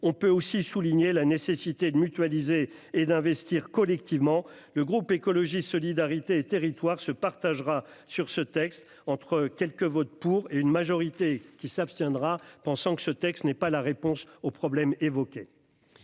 on peut aussi souligner la nécessité de mutualiser et d'investir collectivement. Le groupe Écologiste - Solidarité et Territoires se partagera sur ce texte entre quelques votes pour et une majorité d'abstentions, mes collègues estimant que cette proposition de loi n'est pas la réponse aux problèmes évoqués.